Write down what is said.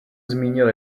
zmínil